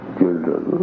children